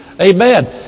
Amen